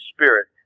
Spirit